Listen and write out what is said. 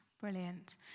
Brilliant